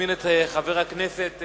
הצעות שמספרן 2167,